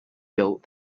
built